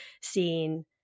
seeing